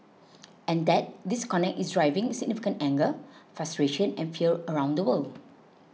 and that disconnect is driving significant anger frustration and fear around the world